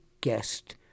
guest